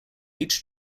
each